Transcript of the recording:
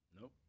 Nope